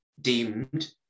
deemed